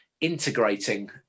integrating